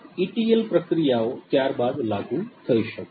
ETL પ્રક્રિયાઓ ત્યારબાદ લાગુ થઈ શકશે